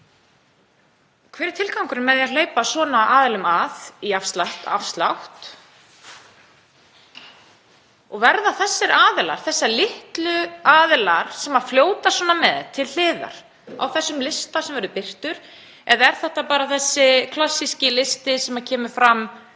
Hver er tilgangurinn með því að hleypa svona aðilum að í afslátt? Verða þessir aðilar, þessir litlu aðilar sem fljóta svona með til hliðar, á þessum lista sem verður birtur eða er þetta bara þessi klassíski listi sem kemur fram